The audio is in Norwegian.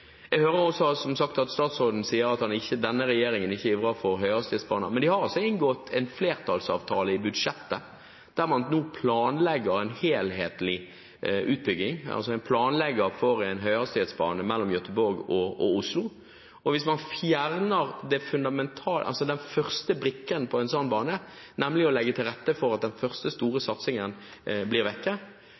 Jeg hører også, som sagt, statsråden si at denne regjeringen ikke ivrer for høyhastighetsbane, men man har inngått en flertallsavtale i budsjettet, der man nå planlegger en helhetlig utbygging: Man planlegger altså for en høyhastighetsbane mellom Göteborg og Oslo. Hvis man fjerner den første brikken på en sånn bane, nemlig å legge til rette for at den første store satsingen blir